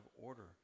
order